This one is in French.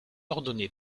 ordonné